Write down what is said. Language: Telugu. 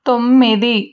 తొమ్మిది